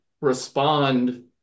respond